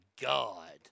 God